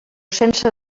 sense